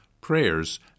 prayers